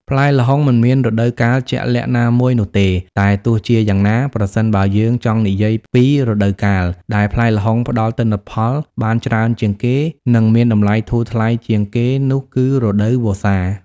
ផ្លែល្ហុងមិនមានរដូវកាលជាក់លាក់ណាមួយនោះទេ តែទោះជាយ៉ាងណា ប្រសិនបើយើងចង់និយាយពីរដូវកាលដែលផ្លែល្ហុងផ្តល់ទិន្នផលបានច្រើនជាងគេ និងមានតម្លៃធូរថ្លៃជាងគេនោះគឺរដូវវស្សា។